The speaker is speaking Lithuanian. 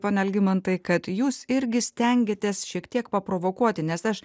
pone algimantai kad jūs irgi stengiatės šiek tiek paprovokuoti nes aš